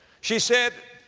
she said,